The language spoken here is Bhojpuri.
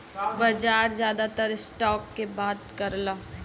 बाजार जादातर स्टॉक के बात करला